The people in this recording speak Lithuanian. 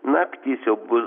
naktys jau bu